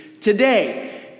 today